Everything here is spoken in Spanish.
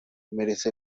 merece